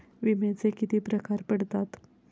विम्याचे किती प्रकार पडतात?